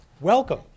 Welcome